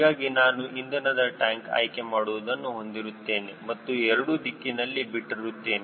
ಹೀಗಾಗಿ ನಾನು ಇಂಧನದ ಟ್ಯಾಂಕ್ ಆಯ್ಕೆ ಮಾಡುವುದನ್ನು ಹೊಂದಿರುತ್ತೇನೆ ಮತ್ತು ಎರಡು ದಿಕ್ಕಿನಲ್ಲಿ ಬಿಟ್ಟಿರುತ್ತೇನೆ